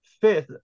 fifth